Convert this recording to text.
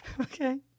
Okay